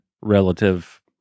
relative